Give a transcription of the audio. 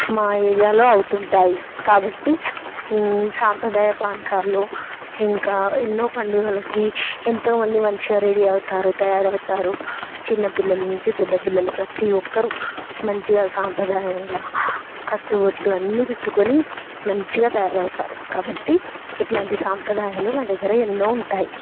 మా ఏరియాలో అవుతుంటాయి కాబట్టి సాంప్రదాయ ప్రాంతాల్లో ఇంకా ఎన్నో పండుగలకి ఎంతోమంది మంచిగా రెడీ అవుతారు తయారవుతారు చిన్నపిల్లల నుంచి పెద్ద పిల్లలు ప్రతీ ఒక్కరు మంచిగా సాంప్రదాయంగా కట్టుబొట్టు అన్నీ పెట్టుకుని మంచిగా తయారవుతారు కాబట్టి ఇలాంటి సాంప్రదాయాలు మా దగ్గర ఎన్నో ఉంటాయి